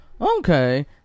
okay